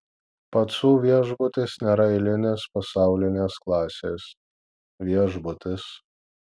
pacų viešbutis nėra eilinis pasaulinės klasės viešbutis